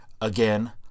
Again